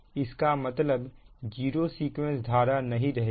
इसका मतलब zero sequence धारा नहीं रहेगी